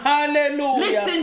Hallelujah